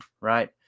right